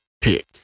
pick